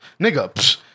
Nigga